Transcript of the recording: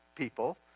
people